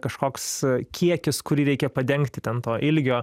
kažkoks kiekis kurį reikia padengti ten to ilgio